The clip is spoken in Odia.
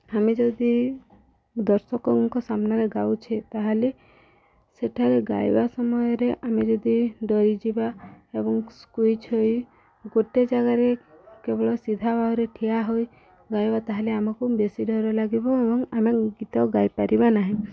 ଆମେ ଯଦି ଦର୍ଶକଙ୍କ ସାମ୍ନାରେ ଗାଉଛେ ତାହେଲେ ସେଠାରେ ଗାଇବା ସମୟରେ ଆମେ ଯଦି ଡରିଯିବା ଏବଂ ସ୍କୁଇଜ୍ ହୋଇ ଗୋଟେ ଜାଗାରେ କେବଳ ସିଧା ଭାବରେ ଠିଆ ହୋଇ ଗାଇବା ତାହେଲେ ଆମକୁ ବେଶୀ ଡର ଲାଗିବ ଏବଂ ଆମେ ଗୀତ ଗାଇପାରିବା ନାହିଁ